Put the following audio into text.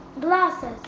glasses